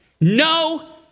No